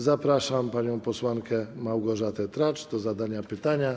Zapraszam panią posłankę Małgorzatę Tracz do zadania pytania.